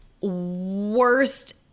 worst